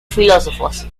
filósofos